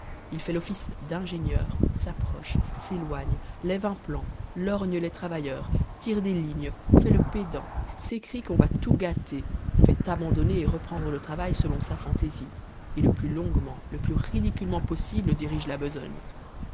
il fait l'office d'ingénieur s'approche s'éloigne lève un plan lorgne les travailleurs tire des lignes fait le pédant s'écrie qu'on va tout gâter fait abandonner et reprendre le travail selon sa fantaisie et le plus longuement le plus ridiculement possible dirige la besogne